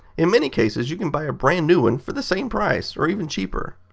in many cases you can buy a brand new one for the same price or even cheaper.